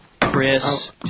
Chris